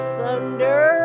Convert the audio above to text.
thunder